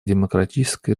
демократической